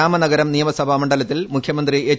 രാമനഗരം നിയമസഭാ മണ്ഡലത്തിൽ മുഖ്യമന്ത്രി എച്ച്